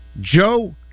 Joe